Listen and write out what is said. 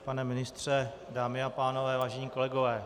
Pane ministře, dámy a pánové, vážení kolegové.